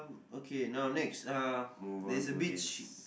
okay now next uh there's a beach